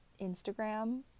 instagram